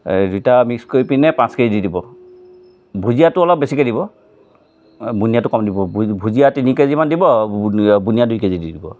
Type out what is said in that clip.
দুইটা মিক্স কৰিপিনে পাঁচ কেজি দি দিব ভুজিয়াটো অলপ বেছিকৈ দিব বুনিয়াটো কম দিব ভুজিয়া তিনি কেজিমান দিব বুনিয়া দুই কেজি দি দিব